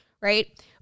right